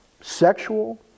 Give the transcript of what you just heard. sexual